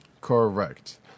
correct